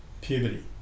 puberty